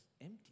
empty